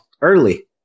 early